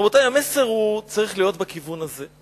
רבותי, המסר צריך להיות בכיוון הזה.